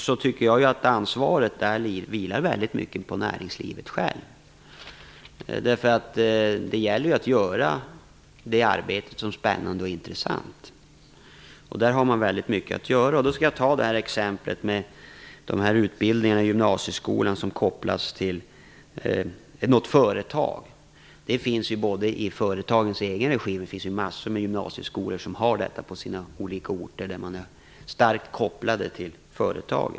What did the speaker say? Jag tycker att ansvaret väldigt mycket vilar på näringslivet självt. Det gäller ju att göra arbetet spännande och intressant. Där finns det mycket att göra. Jag kan som exempel nämna de utbildningar i gymnasieskolan som kopplas till företag. Sådana utbildningar finns både i företagsregi och på en mängd gymnasieskolor på olika orter som är starkt kopplade till företag.